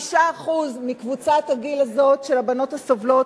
5% מקבוצת הגיל הזאת של הבנות הסובלות,